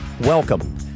Welcome